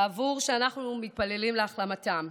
בעבור שאנחנו מתפללים להחלמתם.